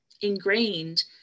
ingrained